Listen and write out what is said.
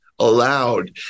Allowed